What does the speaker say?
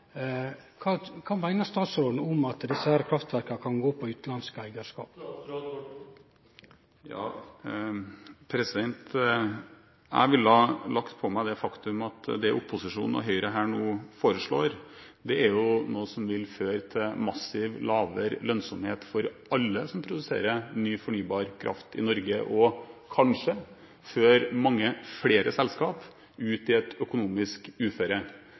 Jeg vil legge til det faktum at det opposisjonen og Høyre nå foreslår, er noe som vil føre til massivt lavere lønnsomhet for alle som produserer ny fornybar kraft i Norge, og som kanskje fører mange flere selskaper ut i et økonomisk uføre.